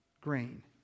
grain